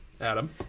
Adam